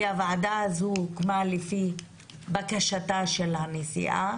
הוועדה הזו הוקמה לפי בקשתה של הנשיאה